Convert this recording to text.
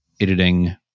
editing